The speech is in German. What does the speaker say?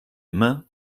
immer